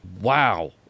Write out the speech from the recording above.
wow